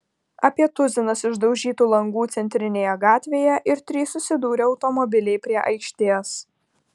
apie tuzinas išdaužytų langų centrinėje gatvėje ir trys susidūrę automobiliai prie aikštės